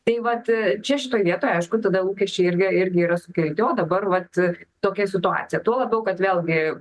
tai vat čia šitoj vietoj aišku tada lūkesčiai irgi ir yra sukelti o dabar vat tokia situacija tuo labiau kad vėlgi